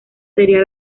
sería